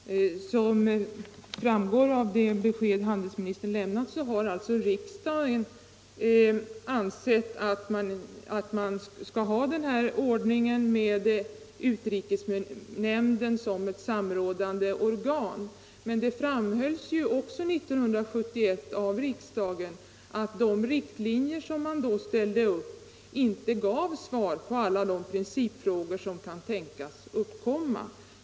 Herr talman! Som framgick av vad handelsministern sade har alltså riksdagen ansett att man skall ha denna ordning med utrikesnämnden som ett samrådande organ. Men riksdagen framhöll också 1971 att de riktlinjer som man då ställde upp inte gav svar på alla de principfrågor som kan tänkas uppkomma.